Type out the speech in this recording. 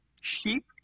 sheep